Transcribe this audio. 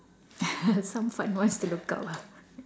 some fun ones to look up ah